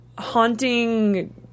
haunting